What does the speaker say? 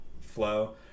flow